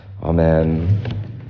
Amen